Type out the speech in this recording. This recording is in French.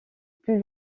plus